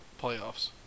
Playoffs